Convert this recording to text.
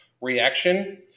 reaction